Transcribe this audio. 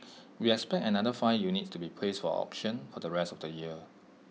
we expect another five units to be placed for auction for the rest of the year